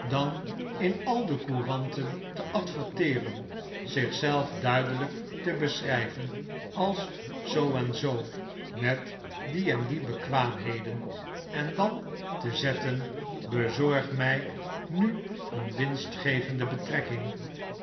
dan in al de couranten te adverteeren zich zelf duidelijk te beschrijven als zoo en zoo met die en die bekwaamheden en dan mevrouw micawber geeft u i t e e n z e t t i n g e n te zetten bezorg mij nu een winstgevende betrekking